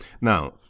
Now